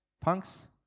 Punks